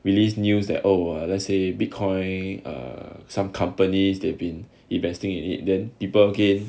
released news that oh let's say bitcoin or some companies they been investing in it then people gain